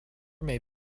may